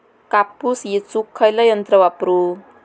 कापूस येचुक खयला यंत्र वापरू?